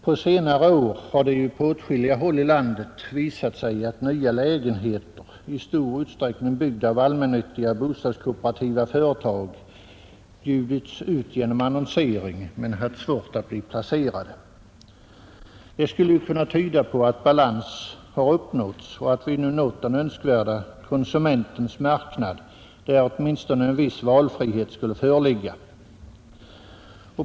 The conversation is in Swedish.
På senare år har det ju på åtskilliga håll i landet visat sig att nya lägenheter, i stor utsträckning byggda av allmännyttiga eller bostadskooperativa företag, bjudits ut genom annonsering men varit svåra att placera. Det skulle kunna tyda på att balans har uppnåtts och att vi nu nått den önskvärda konsumentens marknad där åtminstone en viss valfrihet skulle föreligga.